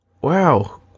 wow